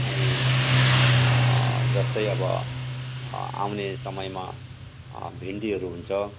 अनि जस्तै अब आउने समयमा भिन्डीहरू हुन्छ